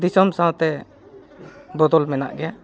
ᱫᱤᱥᱚᱢ ᱥᱟᱶᱛᱮ ᱵᱚᱫᱚᱞ ᱢᱮᱱᱟᱜ ᱜᱮᱭᱟ